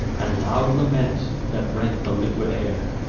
and loud laments that rent the liquid air.